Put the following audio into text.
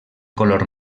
color